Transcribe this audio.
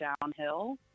downhill